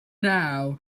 now